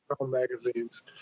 magazines